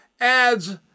adds